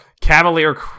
Cavalier